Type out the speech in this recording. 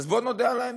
אז בואו נודה על האמת,